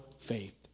faith